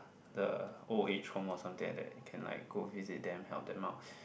the old age home or something like that can like go visit them help them out